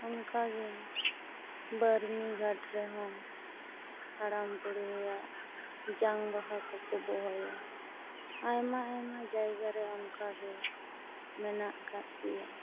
ᱚᱱᱠᱟ ᱜᱮ ᱵᱟᱹᱨᱱᱤ ᱜᱷᱟᱨ ᱨᱮᱦᱚᱸ ᱦᱟᱲᱟᱢ ᱵᱩᱲᱦᱤᱭᱟᱜ ᱡᱟᱝ ᱵᱟᱦᱟ ᱠᱚᱠᱚ ᱵᱳᱦᱮᱞᱟ ᱟᱭᱢᱟ ᱟᱭᱢᱟ ᱡᱟᱭᱜᱟ ᱨᱮ ᱚᱱᱠᱟ ᱜᱮ ᱢᱮᱱᱟᱜ ᱟᱠᱟᱫ ᱜᱮᱭᱟ